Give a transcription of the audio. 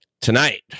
tonight